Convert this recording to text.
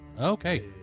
Okay